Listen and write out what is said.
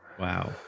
Wow